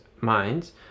minds